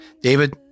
David